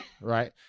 Right